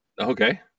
okay